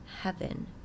heaven